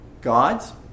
God's